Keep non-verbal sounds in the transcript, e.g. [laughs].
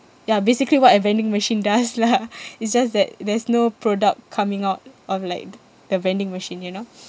ya basically what a vending machine does lah [laughs] it's just that there's no product coming out of like the vending machine you know